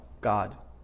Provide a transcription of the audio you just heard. God